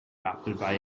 appleby